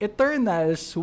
Eternals